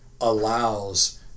allows